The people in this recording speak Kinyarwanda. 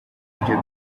byo